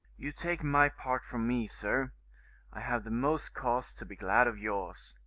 you take my part from me, sir i have the most cause to be glad of yours.